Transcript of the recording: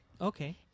Okay